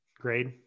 grade